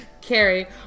Carrie